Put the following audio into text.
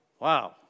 Wow